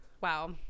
Wow